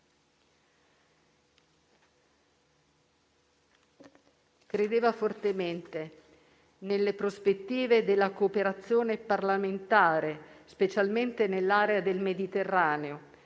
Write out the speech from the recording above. Credeva fortemente nelle prospettive della cooperazione parlamentare specialmente nell'area del Mediterraneo,